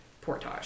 portage